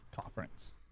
conference